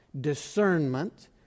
discernment